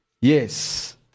yes